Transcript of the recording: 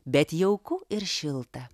bet jauku ir šilta